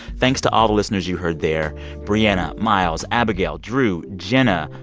thanks to all the listeners you heard there brianna, miles, abigail, drew, jenna,